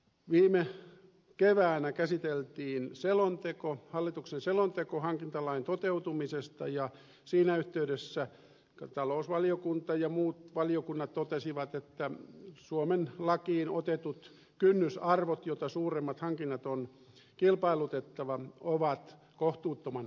viime keväänä käsiteltiin hallituksen selonteko hankintalain toteutumisesta ja siinä yhteydessä talousvaliokunta ja muut valiokunnat totesivat että suomen lakiin otetut kynnysarvot joita suuremmat hankinnat on kilpailutettava ovat kohtuuttoman alhaisia